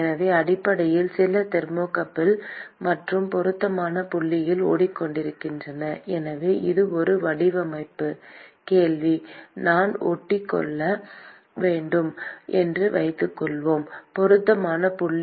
எனவே அடிப்படையில் சில தெர்மோகப்பிள் மற்றும் பொருத்தமான புள்ளியில் ஒட்டிக்கொள்கின்றன எனவே இது ஒரு வடிவமைப்பு கேள்வி நான் ஒட்டிக்கொள்ள வேண்டும் என்று வைத்துக்கொள்வோம் பொருத்தமான புள்ளி என்ன